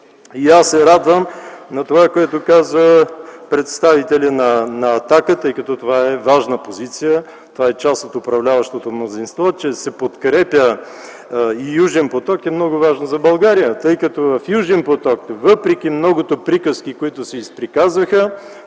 И аз се радвам на това, което каза представителя на „Атака”, тъй като това е важна позиция, това е част от управляващото мнозинство, че се подкрепя „Южен поток” и това е много важно за България. В „Южен поток” въпреки многото приказки, които се изприказваха,